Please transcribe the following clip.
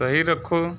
सही रखो